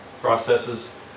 processes